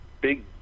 big